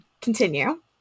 continue